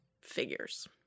figures